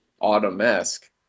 autumn-esque